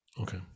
okay